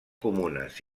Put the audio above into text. comunes